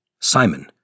Simon